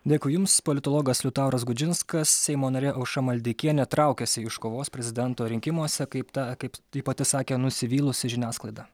dėkui jums politologas liutauras gudžinskas seimo narė aušra maldeikienė traukiasi iš kovos prezidento rinkimuose kaip ta kaip ji pati sakė nusivylusi žiniasklaida